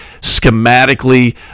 Schematically